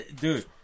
Dude